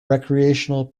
recreational